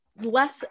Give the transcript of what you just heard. less